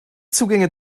zugänge